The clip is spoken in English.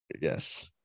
Yes